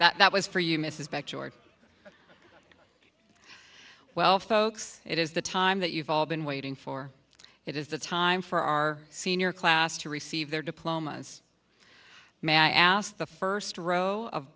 you that was for you mrs backyard well folks it is the time that you've all been waiting for it is the time for our senior class to receive their diplomas man i asked the first row of